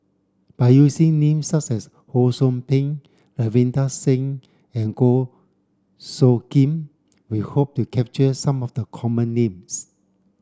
by using names such as Ho Sou Ping Ravinder Singh and Goh Soo Khim we hope to capture some of the common names